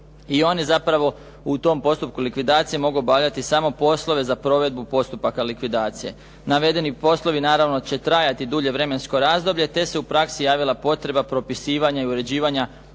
i one zapravo u tom postupku likvidacije mogu obavljati samo poslove za provedbu postupaka likvidacije. Navedeni poslovi naravno će trajati dulje vremensko razdoblje te se u praksi javila potreba propisivanja i uređivanja